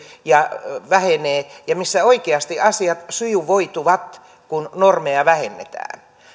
vähenee ja missä oikeasti asiat sujuvoituvat kun normeja vähennetään